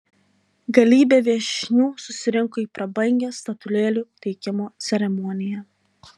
galybė viešnių susirinko į prabangią statulėlių teikimo ceremoniją